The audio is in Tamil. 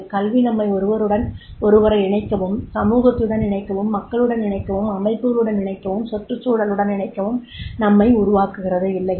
கல்வி நம்மை ஒருவருடன் ஒருவரை இணைக்கவும் சமூகத்துடன் இணைக்கவும் மக்களுடன் இணைக்கவும் அமைப்புகளுடன் இணைக்கவும் சுற்றுச்சூழலுடன் இணைக்கவும் நம்மை உருவாக்குகிறது இல்லையா